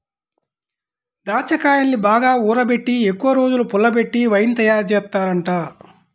దాచ్చాకాయల్ని బాగా ఊరబెట్టి ఎక్కువరోజులు పుల్లబెట్టి వైన్ తయారుజేత్తారంట